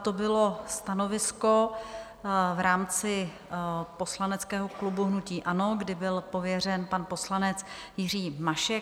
To bylo stanovisko v rámci poslaneckého klubu hnutí ANO, kdy byl pověřen pan poslanec Jiří Mašek.